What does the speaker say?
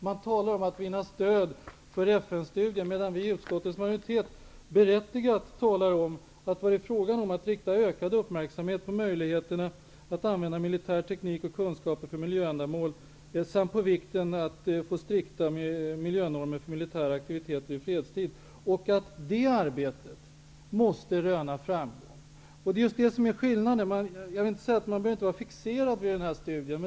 Man talar om att vinna stöd för FN-studien, medan utskottets majoritet berättigat talar om att det är fråga om ''att rikta ökad uppmärksamhet på möjligheterna att använda militär teknik och kunskaper för miljöändamål samt på vikten av strikta miljönormer för militära aktiviteter i fredstid''. Detta arbete måste röna framgång. Det är just det som är skillnaden. Man behöver inte vara fixerad vid den här studien.